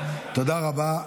תודה רבה.